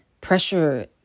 pressure